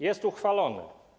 Jest uchwalone.